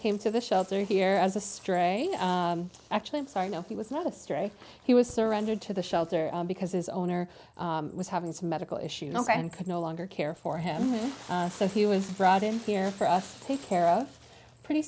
came to the shelter here as a stray actually i'm sorry no he was not a stray he was surrendered to the shelter because his owner was having some medical issues and could no longer care for him so he was brought in here for us to take care of pretty